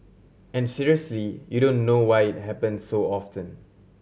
and seriously you don't know why it happen so often